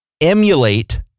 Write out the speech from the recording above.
emulate